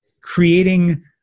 creating